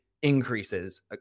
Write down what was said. increases